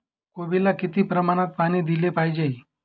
कोबीला किती प्रमाणात पाणी दिले पाहिजे?